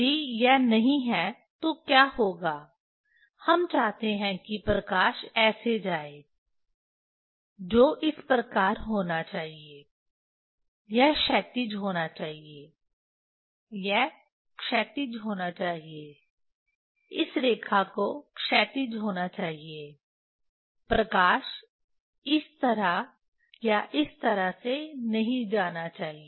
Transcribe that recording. यदि यह नहीं है तो क्या होगा हम चाहते हैं कि प्रकाश ऐसे जाए जो इस प्रकार होना चाहिए यह क्षैतिज होना चाहिए यह क्षैतिज होना चाहिए इस रेखा को क्षैतिज होना चाहिए प्रकाश इस तरह या इस तरह से नहीं जाना चाहिए